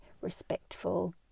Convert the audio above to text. respectful